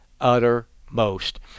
uttermost